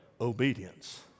obedience